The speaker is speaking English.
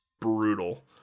Brutal